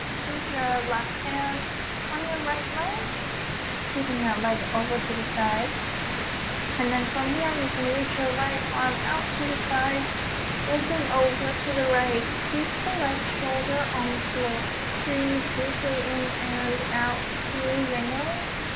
keep your left hand on your right leg keeping that leg over to the side and then from here, you can reach your right arm out to the side looking over to the right to keep the right shoulder on the floor breathe deeply in and out through your nose